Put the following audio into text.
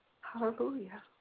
Hallelujah